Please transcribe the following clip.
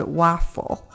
waffle